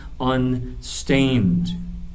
unstained